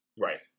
Right